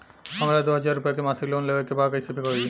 हमरा दो हज़ार रुपया के मासिक लोन लेवे के बा कइसे होई?